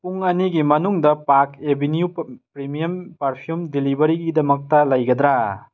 ꯄꯨꯡ ꯑꯅꯤꯒꯤ ꯃꯅꯨꯡꯗ ꯄꯥꯛ ꯑꯦꯕꯤꯅꯤꯎ ꯄ꯭ꯔꯤꯃꯤꯌꯝ ꯄꯥꯔꯐꯤꯌꯨꯝ ꯗꯤꯂꯤꯕꯔꯤꯒꯤꯗꯃꯛꯇ ꯂꯩꯒꯗ꯭ꯔꯥ